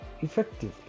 effectively